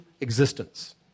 existence